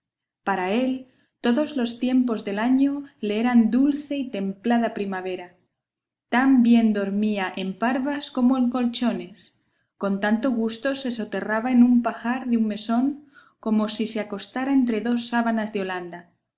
para él todos los tiempos del año le eran dulce y templada primavera tan bien dormía en parvas como en colchones con tanto gusto se soterraba en un pajar de un mesón como si se acostara entre dos sábanas de holanda